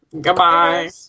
Goodbye